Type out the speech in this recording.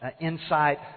insight